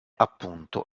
appunto